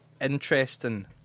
interesting